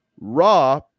raw